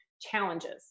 challenges